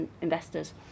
investors